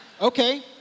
Okay